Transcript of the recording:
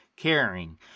Caring